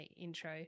intro